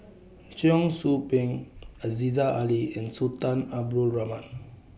Cheong Soo Pieng Aziza Ali and Sultan Abdul Rahman